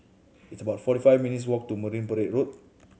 it's about forty five minutes' walk to Marine Parade Road